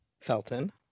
felton